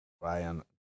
Ryan